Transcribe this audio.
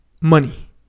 money